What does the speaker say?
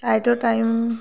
ফ্লাইটৰ টাইম